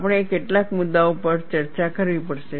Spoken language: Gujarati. આપણે કેટલાક મુદ્દાઓ પર ચર્ચા કરવી પડશે